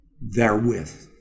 therewith